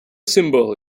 symbol